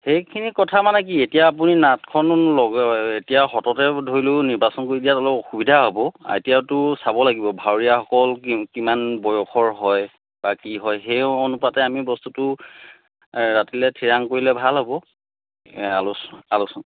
সেইখিনি কথা মানে কি এতিয়া আপুনি নাটখন লগে এতিয়া সততে ধৰি লওক নিৰ্বাচন কৰি দিয়াত অলপ অসুবিধা হ'ব এতিয়াতো চাব লাগিব ভাওৰীয়াসকল কিমান বয়সৰ হয় বা কি হয় সেই অনুপাতে আমি বস্তুটো ৰাতিলৈ থিৰাং কৰিলে ভাল হ'ব